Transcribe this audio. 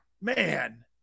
Man